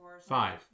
Five